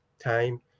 time